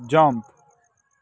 jump